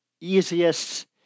easiest